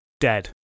Dead